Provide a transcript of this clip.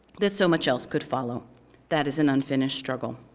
that so much else could follow that is an unfinished struggle.